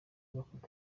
mafoto